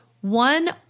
one